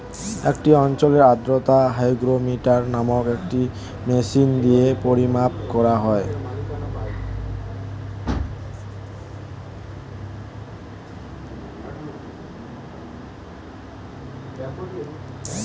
একটি অঞ্চলের আর্দ্রতা হাইগ্রোমিটার নামক একটি মেশিন দিয়ে পরিমাপ করা হয়